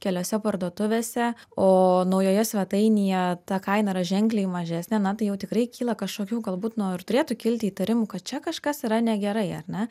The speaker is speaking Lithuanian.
keliose parduotuvėse o naujoje svetainėje ta kaina yra ženkliai mažesnė na tai jau tikrai kyla kažkokių galbūt nu ir turėtų kilti įtarimų kad čia kažkas yra negerai ar ne